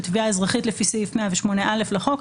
בתביעה אזרחית לפי סעיף 108א לחוק,